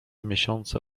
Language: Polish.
miesiące